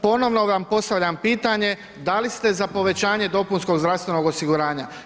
Ponovno vam postavljam pitanje, da li ste za povećanje dopunskog zdravstvenog osiguranja?